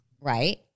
Right